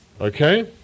Okay